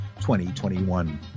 2021